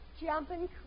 Jumping